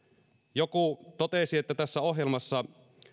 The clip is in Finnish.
joku totesi että tässä ohjelmassa